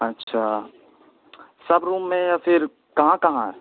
اچھا سب روم میں یا پھر کہاں کہاں ہے